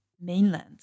mainland